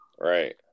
Right